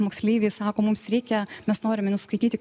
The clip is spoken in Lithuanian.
moksleiviai sako mums reikia mes norime nuskaityti